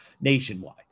nationwide